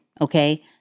okay